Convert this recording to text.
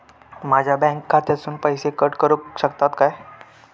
माझ्या बँक खात्यासून पैसे कट करुक शकतात काय?